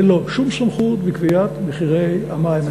אין לו שום סמכות בקביעת מחירי המים.